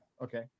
Okay